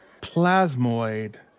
plasmoid